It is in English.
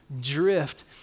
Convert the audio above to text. drift